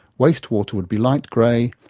waste water would be light grey,